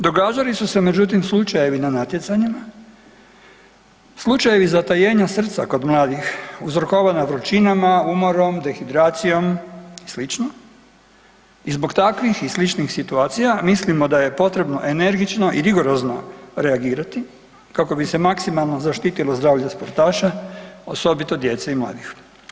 Događali su se međutim slučajevi na natjecanjima, slučajevi zatajenja srca kod mladih uzrokovana vrućinama, umorom, dehidracijom i slično i zbog takvih i sličnih situacija mislimo da je potrebno energično i rigorozno reagirati kako bi se maksimalno zaštitilo zdravlje sportaša, osobito djece i mladih.